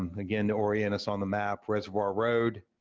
um again, to orient us on the map, reservoir road,